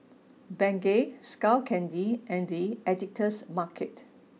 Bengay Skull Candy and The Editor's Market